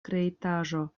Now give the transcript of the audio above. kreitaĵo